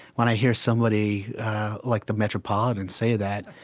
when i hear somebody like the metropolitan and say that,